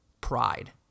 pride